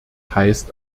heißt